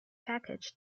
package